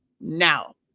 Now